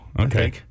okay